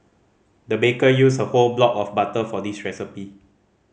the baker used a whole block of butter for this recipe